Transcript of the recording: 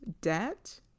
debt